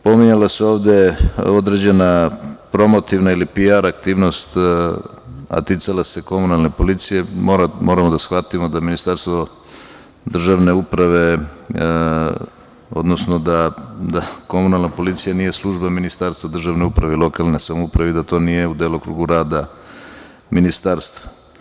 Pominjala se ovde određena promotivna ili pi-ar aktivnost, a ticala se komunalne policije, moramo da shvatimo da Ministarstvo državne uprave, odnosno da komunalna policija nije služba Ministarstva državne uprave i lokalne samouprave i da to nije u delokrugu rada Ministarstva.